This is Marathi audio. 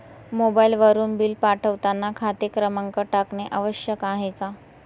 मोबाईलवरून बिल पाठवताना खाते क्रमांक टाकणे आवश्यक आहे का?